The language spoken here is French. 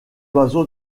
oiseaux